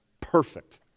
perfect